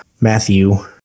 matthew